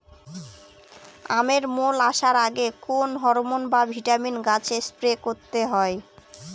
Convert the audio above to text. আমের মোল আসার আগে কোন হরমন বা ভিটামিন গাছে স্প্রে করতে হয়?